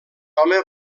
home